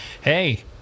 Hey